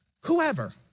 Whoever